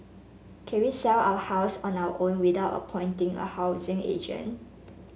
can we sell our house on our own without appointing a housing agent